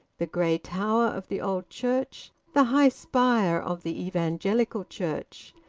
the grey tower of the old church, the high spire of the evangelical church,